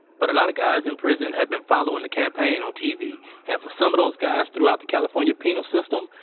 but a lot of guys in prison had been following the campaign on tv, and for some of those guys throughout the california penal system,